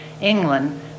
England